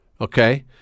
Okay